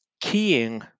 keying